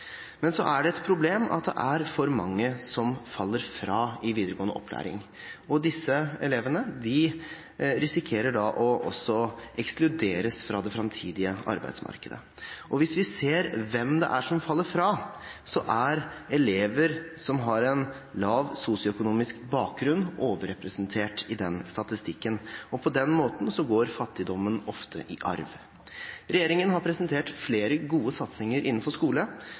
det er et problem at det er for mange som faller fra i videregående opplæring, og disse elevene risikerer da å ekskluderes fra det framtidige arbeidsmarkedet. Hvis vi ser hvem det er som faller fra, er elever som har en lav sosioøkonomisk bakgrunn, overrepresentert i den statistikken, og på den måten går fattigdommen ofte i arv. Regjeringen har presentert flere gode satsinger innenfor skole,